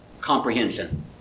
comprehension